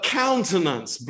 countenance